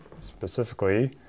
Specifically